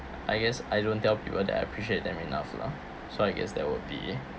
I guess I don't tell people that I appreciate them enough lah so I guess that would be